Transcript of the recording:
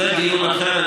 זה דיון אחר,